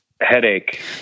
headache